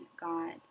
God